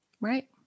Right